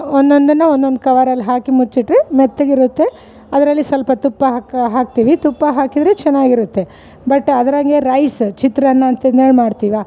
ಒಂದೊಂದನ್ನು ಒಂದೊಂದು ಕವರಲ್ಲಿ ಹಾಕಿ ಮುಚ್ಚಿಟ್ಟರೆ ಮೆತ್ಗಿರತ್ತೆ ಅದ್ರಲ್ಲಿ ಸಲ್ಪ ತುಪ್ಪ ಹಾಕಿ ಹಾಕ್ತೀವಿ ತುಪ್ಪ ಹಾಕಿದರೆ ಚೆನ್ನಾಗಿರುತ್ತೆ ಬಟ್ ಅದ್ರಂಗೆ ರೈಸ್ ಚಿತ್ರನ್ನ ಅಂತದೇಳಿ ಮಾಡ್ತೀವ